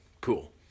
Cool